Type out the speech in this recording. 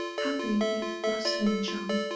happy if bustling chum,